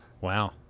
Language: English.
Wow